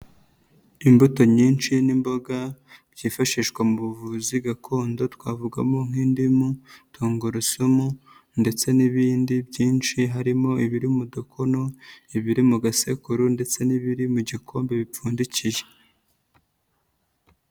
Imbuto nyinshi n'imboga byifashishwa mu buvuzi gakondo; twavugamo nk'indimu, tungurusumu ndetse n'ibindi byinshi harimo ibiri mu gakono, ibiri mu gasekuru ndetse n'ibiri mu gikombe bipfundikiye.